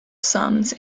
sums